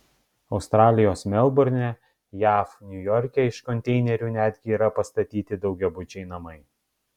australijos melburne jav niujorke iš konteinerių netgi yra pastatyti daugiabučiai namai